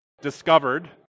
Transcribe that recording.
discovered